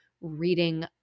reading